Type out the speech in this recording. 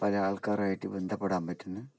പല ആൾക്കാരായിട്ട് ബദ്ധപ്പെടാൻ പറ്റുന്നത്